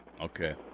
Okay